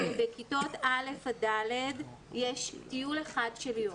בכיתות א' ד' יש טיול אחד של יום.